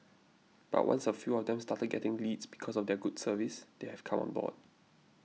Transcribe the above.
but once a few of them started getting leads because of their good service they have come on board